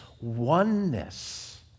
oneness